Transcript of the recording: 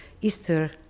Easter